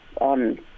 on